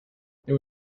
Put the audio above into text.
there